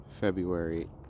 February